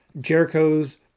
Jericho's